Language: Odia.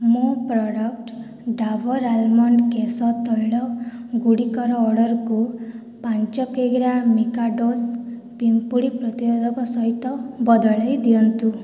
ମୋ ପ୍ରଡ଼କ୍ଟ୍ ଡାବର୍ ଆଲମଣ୍ଡ୍ କେଶ ତୈଳ ଗୁଡ଼ିକର ଅର୍ଡ଼ର୍କୁ ପାଞ୍ଚ କିଗ୍ରା ମିକାଡୋସ୍ ପିମ୍ପୁଡ଼ି ପ୍ରତିରୋଧକ ସହିତ ବଦଳାଇ ଦିଅନ୍ତୁ